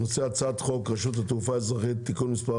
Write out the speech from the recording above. ישיבה בנושא הצעת חוק רשות התעופה האזרחית (תיקון מס'